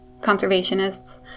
conservationists